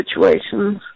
situations